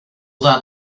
that